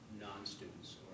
non-students